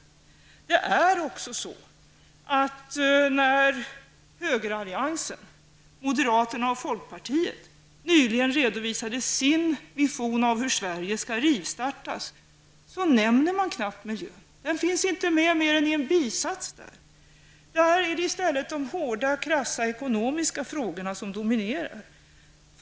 När högeralliansen, dvs. moderaterna och folkpartiet, nyligen redovisade sin vision av hur Sverige skall rivstartas nämndes knappt miljön. Den fanns inte med mer än i en bisats i programmet. I stället är det de hårda, krassa, ekonomiska frågorna som dominerar.